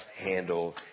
handle